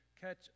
catch